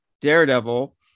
daredevil